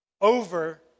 over